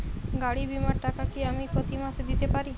গাড়ী বীমার টাকা কি আমি প্রতি মাসে দিতে পারি?